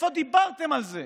איפה דיברתם על זה?